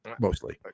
mostly